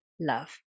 love